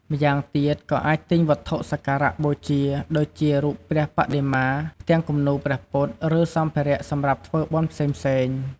ម្យ៉ាងទៀតក៏អាចទិញវត្ថុសក្ការៈបូជា ដូចជារូបព្រះបដិមា ផ្ទាំងគំនូរព្រះពុទ្ធ ឬសម្ភារៈសម្រាប់ធ្វើបុណ្យផ្សេងៗ។